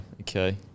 Okay